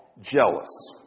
jealous